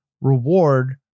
reward